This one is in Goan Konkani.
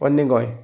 पन्नें गोय